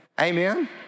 Amen